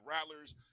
Rattlers